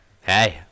Hey